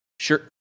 sure